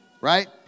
Right